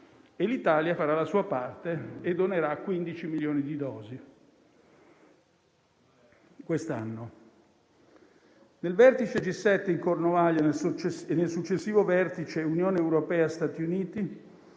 L'Italia farà la sua parte e donerà 15 milioni di dosi quest'anno. Nel vertice G7 in Cornovaglia e nel successivo vertice Unione europea-Stati Uniti,